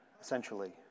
essentially